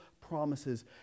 promises